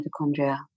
mitochondria